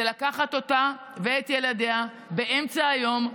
זה לקחת אותה ואת ילדיה באמצע היום,